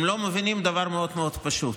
הם לא מבינים דבר מאוד מאוד פשוט: